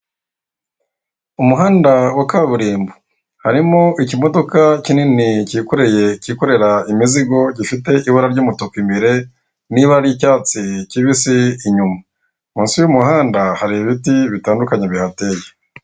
Umuhanda wa kaburimbo harimo ikimodoka kinini kikorera imizigo gifite ibara ry'umutuku imbere n'ibara ry'icyatsi kibisi inyuma. Munsi y'umuhanda hari ibiti bitandukanye bihateye.